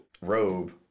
robe